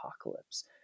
apocalypse